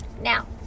now